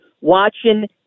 Watching